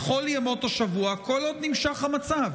בכל ימות השבוע, כל עוד נמשך המצב,